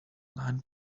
nine